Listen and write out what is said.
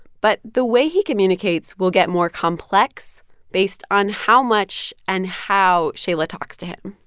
but the way he communicates will get more complex based on how much and how shaila talks to him.